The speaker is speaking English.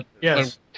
Yes